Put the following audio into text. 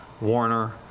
Warner